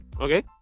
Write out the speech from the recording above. Okay